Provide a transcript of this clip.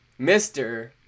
Mr